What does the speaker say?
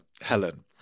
Helen